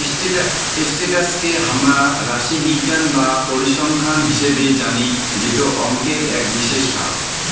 status কে হামরা রাশিবিজ্ঞান বা পরিসংখ্যান হিসেবে জানি যেটো অংকের এক বিশেষ ভাগ